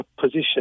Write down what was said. position